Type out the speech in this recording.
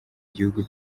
gihugu